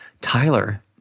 Tyler